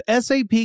SAP